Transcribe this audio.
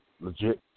legit